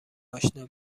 اشنا